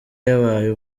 yabaye